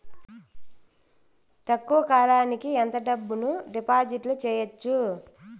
తక్కువ కాలానికి ఎంత డబ్బును డిపాజిట్లు చేయొచ్చు?